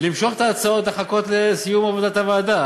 למשוך את ההצעות, לחכות לסיום עבודת הוועדה.